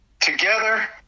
Together